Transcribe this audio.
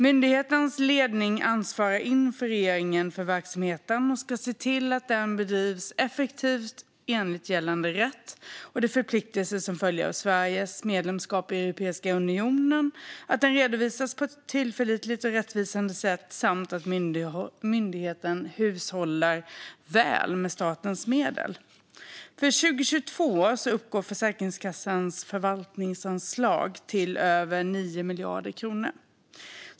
Myndighetens ledning ansvarar inför regeringen för verksamheten och ska se till att den bedrivs effektivt och enligt gällande rätt och de förpliktelser som följer av Sveriges medlemskap i Europeiska unionen, att den redovisas på ett tillförlitligt och rättvisande sätt samt att myndigheten hushållar väl med statens medel. För 2022 uppgår Försäkringskassans förvaltningsanslag till över 9 miljarder kronor.